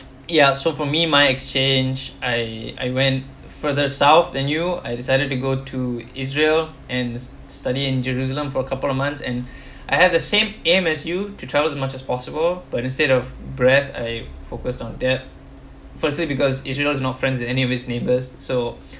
ya so for me my exchange I I went further south than you I decided to go to israel and study in jerusalem for a couple of months and I had the same aim as you to travel as much as possible but instead of breath I focused on that firstly because israel is not friends with any of its neighbours so